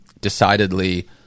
decidedly